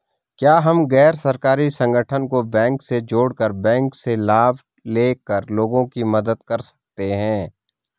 क्या हम गैर सरकारी संगठन को बैंक से जोड़ कर बैंक से लाभ ले कर लोगों की मदद कर सकते हैं?